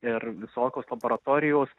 ir visokios laboratorijos